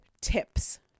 tips